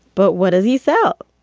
but what does he sell?